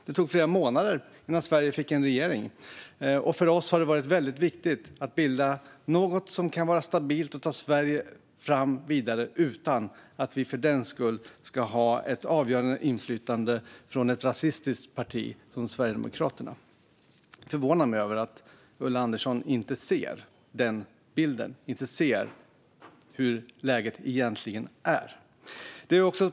Det tog flera månader innan Sverige fick en regering, och för oss var det väldigt viktigt att bilda något som kan vara stabilt och ta Sverige vidare utan att vi för den skull ger ett avgörande inflytande till ett rasistiskt parti som Sverigedemokraterna. Det förvånar mig att Ulla Andersson inte ser den bilden och hur läget egentligen är.